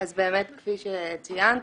אז באמת כפי שציינת,